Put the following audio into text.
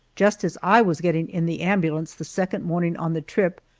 just as i was getting in the ambulance the second morning on the trip,